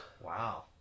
Wow